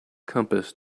compass